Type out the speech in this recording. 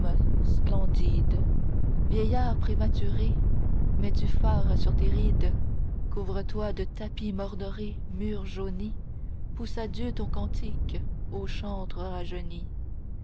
splendides vieillard prématuré mets du fard sur tes rides couvre-toi de tapis mordorés mur jauni pousse à dieu ton cantique ô chantre rajeuni